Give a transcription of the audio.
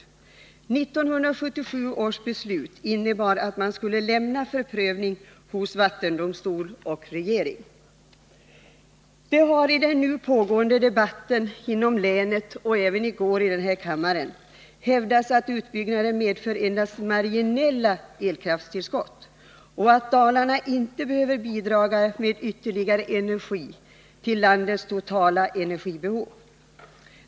1977 års beslut innebar att man skulle lämna utbyggnad av Det har i den nu pågående debatten inom länet, och även i går i denna kammare, hävdats att utbyggnaden medför endast marginella elkraftstillskott och att Dalarna inte behöver bidra med ytterligare energi till landets totala energiförbrukning.